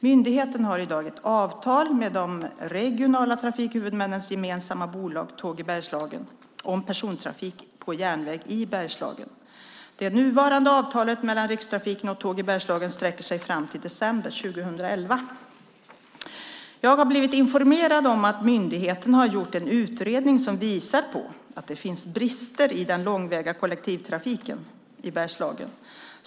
Myndigheten har i dag ett avtal med de regionala trafikhuvudmännens gemensamma bolag Tåg i Bergslagen om persontrafik på järnväg i Bergslagen. Det nuvarande avtalet mellan Rikstrafiken och Tåg i Bergslagen sträcker sig fram till december 2011. Jag har blivit informerad om att myndigheten har gjort en utredning som visar att det finns brister i den långväga kollektivtrafiken i Bergslagen.